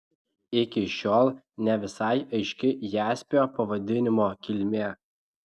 iki šiol ne visai aiški jaspio pavadinimo kilmė